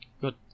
Good